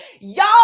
Y'all